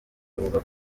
avuga